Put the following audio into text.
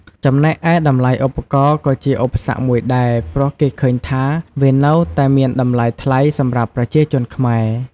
ចំណែកឯតម្លៃឧបករណ៍ក៏ជាឧបសគ្គមួយដែរ ព្រោះគេឃើញថាវានៅតែមានតម្លៃថ្លៃសម្រាប់ប្រជាជនខ្មែរ។